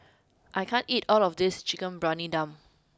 I can't eat all of this Chicken Briyani Dum